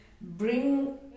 bring